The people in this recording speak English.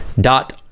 dot